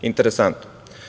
Interesantno.